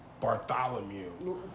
Bartholomew